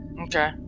Okay